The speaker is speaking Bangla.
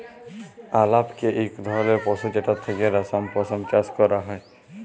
আলাপকে ইক ধরলের পশু যেটর থ্যাকে রেশম, পশম চাষ ক্যরা হ্যয়